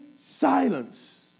silence